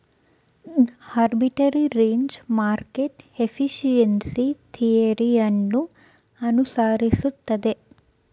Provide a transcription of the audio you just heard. arbitrage market efficiency theory ಅನ್ನು ಅನುಸರಿಸುತ್ತದೆ